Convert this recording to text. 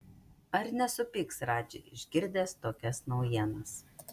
ar nesupyks radži išgirdęs tokias naujienas